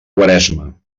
quaresma